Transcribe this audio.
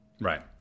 Right